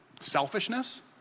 selfishness